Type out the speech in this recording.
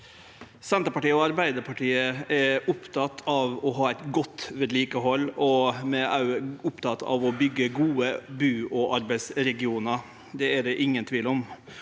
Senterpartiet og Ar- beidarpartiet er opptekne av å ha eit godt vedlikehald, og vi er òg opptekne av å byggje gode bu- og arbeidsregionar. Det er det ingen tvil om.